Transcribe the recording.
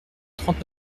trente